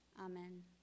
Amen